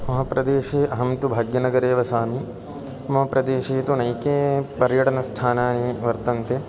मम प्रदेशे अहं तु भाग्यनगरे वसामि मम प्रदेशे तु नैके पर्यटनस्थानानि वर्तन्ते